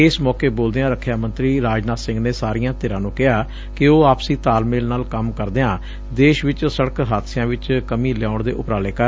ਇਸ ਮੌਕੇ ਬੋਲਦਿਆਂ ਰਖਿਆ ਮੰਤਰੀ ਰਾਜਨਾਬ ਸਿੰਘ ਨੇ ਸਾਰੀਆਂ ਧਿਰਾਂ ਨੂੰ ਕਿਹਾ ਕਿ ਉਹ ਆਪਸੀ ਤਾਲਮੇਲ ਨਾਲ ਕੰਮ ਕਰਦਿਆਂ ਦੇਸ਼ ਵਿਚ ਸੜਕ ਹਾਦਸਿਆ ਚ ਕਮੀ ਲਿਆਊਣ ਦੇ ਉਪਰਾਲੇ ਕਰਨ